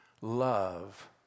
love